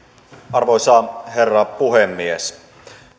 arvoisa herra puhemies